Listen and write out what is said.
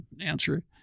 answer